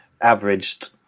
averaged